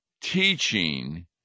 teaching